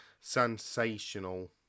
sensational